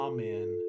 Amen